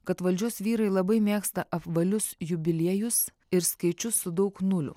kad valdžios vyrai labai mėgsta apvalius jubiliejus ir skaičius su daug nulių